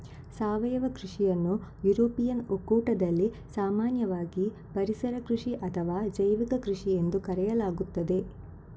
ಸಾವಯವ ಕೃಷಿಯನ್ನು ಯುರೋಪಿಯನ್ ಒಕ್ಕೂಟದಲ್ಲಿ ಸಾಮಾನ್ಯವಾಗಿ ಪರಿಸರ ಕೃಷಿ ಅಥವಾ ಜೈವಿಕ ಕೃಷಿಎಂದು ಕರೆಯಲಾಗುತ್ತದೆ